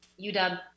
UW